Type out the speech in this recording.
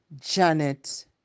Janet